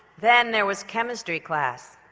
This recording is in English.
then there was chemistry class.